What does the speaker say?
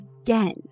again